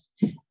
Yes